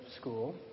school